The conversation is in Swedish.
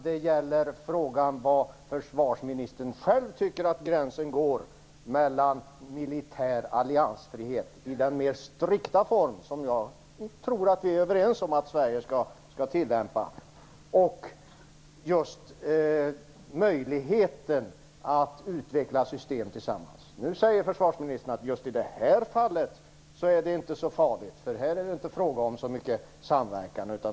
Det gäller frågan om var försvarsministern själv tycker att gränsen går mellan militär alliansfrihet i en mer strikt form - som jag tror att vi är överens om att Sverige skall tillämpa - och möjligheten att utveckla system tillsammans. Nu säger försvarsministern att just i det här fallet är det inte så farligt, därför att det inte är fråga om så mycket samverkan.